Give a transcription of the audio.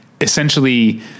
essentially